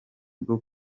bwo